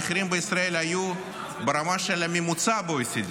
המחירים בישראל היו ברמה של הממוצע ב-OECD.